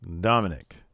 Dominic